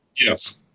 Yes